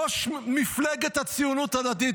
ראש מפלגת הציונות הדתית.